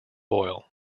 oil